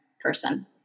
person